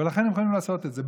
ולכן הם יכולים לעשות את זה.